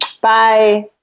Bye